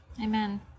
Amen